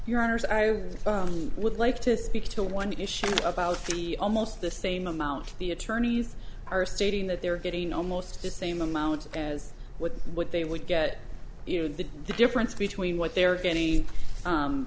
your honour's i would like to speak to one issue about the almost the same amount the attorneys are stating that they're getting almost the same amount as what what they would get you know the difference between what they're